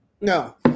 No